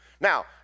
Now